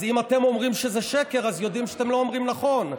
אז אם אתם אומרים שזה שקר אז יודעים שאתם לא אומרים נכון.